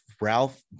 ralph